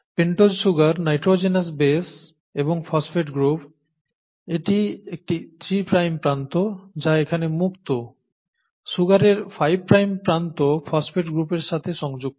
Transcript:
pentose sugar nitrogenous base এবং phosphate group এটি একটি 3 প্রাইম প্রান্ত যা এখানে মুক্ত সুগারের 5 প্রাইম প্রান্ত ফসফেট গ্রুপের সাথে সংযুক্ত